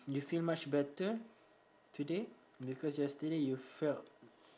you feel much better today because yesterday you felt